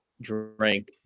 drink